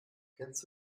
kennst